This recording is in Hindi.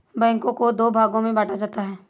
बैंकों को दो भागों मे बांटा जाता है